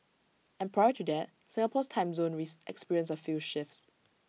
and prior to that Singapore's time zone raise experienced A few shifts